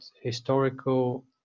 historical